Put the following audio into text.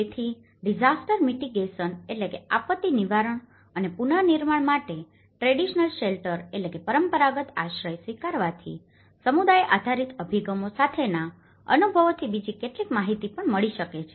તેથી disaster mitigation mitigationઆપત્તિ નિવારણ અને પુનર્નિર્માણ માટે ટ્રેડીસ્નલ શેલ્ટરtraditional shelter પરંપરાગત આશ્રય સ્વીકારવાથી સમુદાય આધારિત અભિગમો સાથેના અનુભવોથી બીજી કેટલીક માહિતી પણ મળી શકે છે